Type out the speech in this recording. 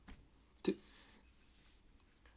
to